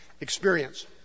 experience